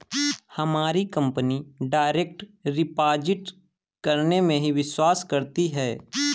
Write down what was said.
हमारी company direct deposit करने में ही विश्वास रखती है